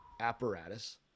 apparatus